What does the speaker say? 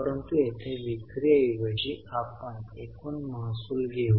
परंतु येथे विक्री ऐवजी आपण एकूण महसूल घेऊ